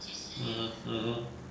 (uh huh) (uh huh)